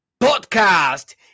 podcast